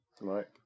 Right